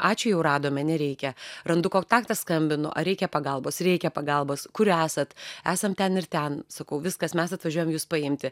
ačiū jau radome nereikia randu kontaktą skambinu ar reikia pagalbos reikia pagalbos kur esat esam ten ir ten sakau viskas mes atvažiuojam jus paimti